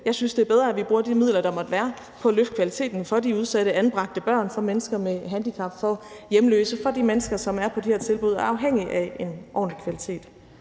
jeg synes, det er bedre, vi bruger de midler, der måtte være, på at løfte kvaliteten for de udsatte, anbragte børn, for mennesker med handicap, for hjemløse, for de mennesker, som er på de her tilbud og er afhængige af en ordentlig kvalitet.